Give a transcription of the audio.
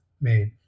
made